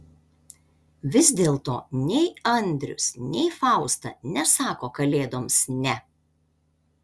vis dėlto nei andrius nei fausta nesako kalėdoms ne